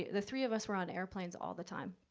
the three of us were on airplanes all the time,